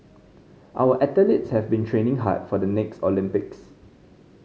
our athletes have been training hard for the next Olympics